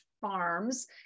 farms